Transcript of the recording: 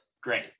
Great